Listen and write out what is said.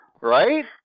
Right